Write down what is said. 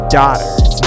daughters